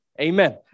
Amen